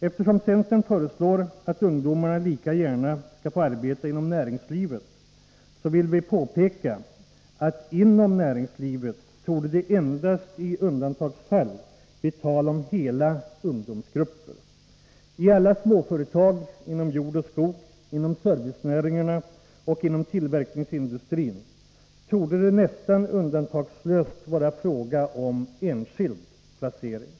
Eftersom centern föreslår att ungdomarna lika gärna skall få arbeta inom näringslivet, vill vi påpeka att det inom näringslivet endast i undantagsfall torde bli tal om hela ungdomsgrupper. I alla småföretag inom jordoch skogsbruket, i servicenäringarna samt i tillverkningsindustrin torde det nästan undantagslöst vara fråga om enskild placering.